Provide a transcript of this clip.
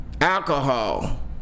alcohol